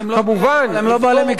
גם אלה שמגיעים,